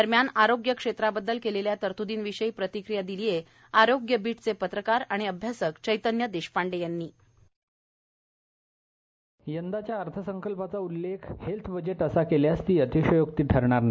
दरम्यान आरोग्य क्षेत्राबद्दल केलेल्या तरत्दीं विषयी प्रतिक्रिया दिली आहे आरोग्य बीट चे पत्रकार आणि अभ्यासक चैतन्य देशपांडे यांनी होल्ड बाइट यंदाच्या अर्थसंकल्पाचा उल्लेख हेल्थ बजेट असा केल्यास ती अतिशयोक्ती ठरणार नाही